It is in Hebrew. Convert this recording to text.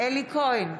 אלי כהן,